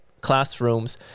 classrooms